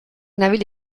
nabil